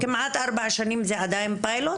כמעט ארבע שנים זה עדיין פיילוט?